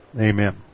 Amen